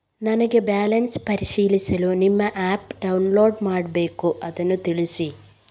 ನನಗೆ ಬ್ಯಾಲೆನ್ಸ್ ಪರಿಶೀಲಿಸಲು ನಿಮ್ಮ ಆ್ಯಪ್ ಡೌನ್ಲೋಡ್ ಮಾಡಬೇಕು ಅದನ್ನು ತಿಳಿಸಿ?